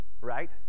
right